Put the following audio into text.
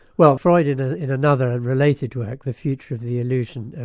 well, freud in ah in another related work, the future of the illusion,